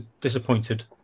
disappointed